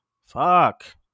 Fuck